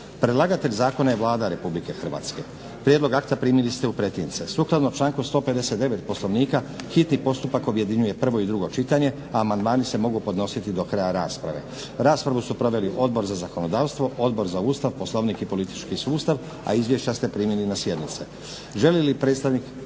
Predlagatelj zakona je Vlada RH. Prijedlog akta primili ste u pretince. Sukladno članku 159. Poslovnika hitni postupak objedinjuje prvo i drugo čitanje, a amandmani se mogu podnositi do kraja rasprave. Raspravu su proveli Odbor za zakonodavstvo, Odbor za Ustav, Poslovnik i politički sustav, a izvješća ste primili na sjednici. Želi li predstavnik